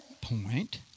point